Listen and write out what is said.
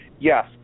Yes